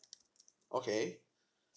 okay